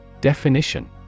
Definition